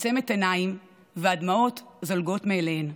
עוצמת עיניים והדמעות זולגות מעיניהן.